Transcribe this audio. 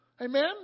Amen